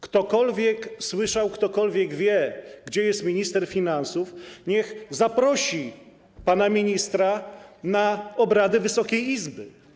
Ktokolwiek słyszał, ktokolwiek wie, gdzie jest minister finansów, niech zaprosi pana ministra na obrady Wysokiej Izby.